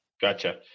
Gotcha